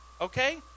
okay